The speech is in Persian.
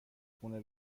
خونه